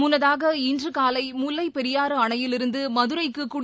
முன்னதாக இன்று காலை முல்லைப் பெரியாறு அணையிலிருந்து மதுரைக்கு குடி